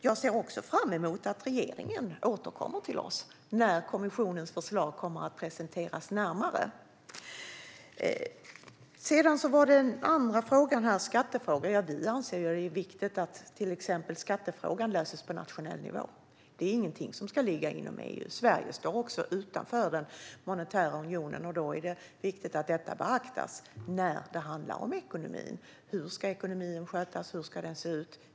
Jag ser också fram emot att regeringen återkommer till oss när kommissionens förslag presenteras närmare. Den andra frågan var en skattefråga. Vi anser att det är viktigt att till exempel skattefrågan löses på nationell nivå. Det är ingenting som ska ligga inom EU. Sverige står också utanför den monetära unionen, och då är det viktigt att detta beaktas när det handlar om ekonomin, hur den ska se ut och hur den ska skötas.